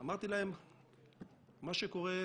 בפתח דבריי אני רוצה לומר מספר דברים: ראשית,